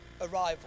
arrival